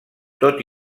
tot